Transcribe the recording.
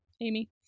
Amy